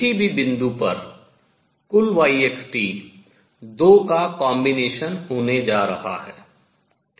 किसी भी बिंदु पर कुल yxt दो का combination संयोजन होने जा रहा है ठीक है